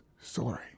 sorry